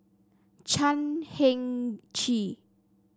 Chan Heng Chee